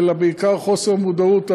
אלא בעיקר חוסר מודעות,